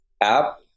app